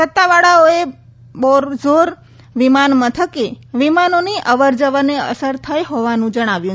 સતાવાળાઓએ બોરઝોર વિમાન મથકે વિમાનોની અવર જવરને અસર થઈ રહોવાનું જણાવ્યું છે